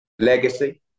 Legacy